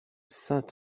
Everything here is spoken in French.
saint